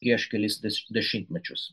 prieš kelis dešimtmečius